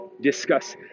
discuss